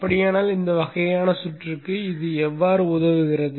அப்படியானால் இந்த வகையான சுற்றுக்கு இது எவ்வாறு உதவுகிறது